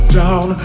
down